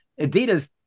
Adidas